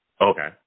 okay